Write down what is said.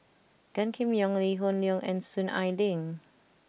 Gan Kim Yong Lee Hoon Leong and Soon Ai Ling